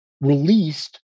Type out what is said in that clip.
released